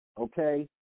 okay